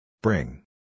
Bring